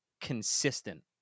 consistent